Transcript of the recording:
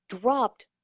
dropped